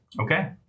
Okay